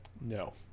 No